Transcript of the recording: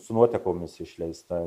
su nuotekomis išleista